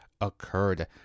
occurred